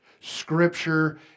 scripture